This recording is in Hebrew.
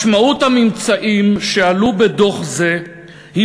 "משמעות הממצאים שעלו בדוח זה היא